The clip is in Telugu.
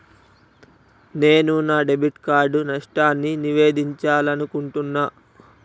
నేను నా డెబిట్ కార్డ్ నష్టాన్ని నివేదించాలనుకుంటున్నా